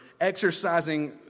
exercising